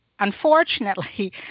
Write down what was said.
unfortunately